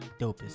dopest